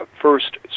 first